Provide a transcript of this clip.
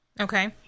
Okay